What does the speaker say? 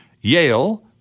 Yale